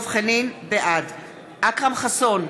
בעד אכרם חסון,